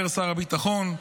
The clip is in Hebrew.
אומר שר הביטחון,